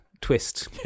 Twist